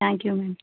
thank you madam